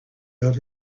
out